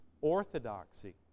orthodoxy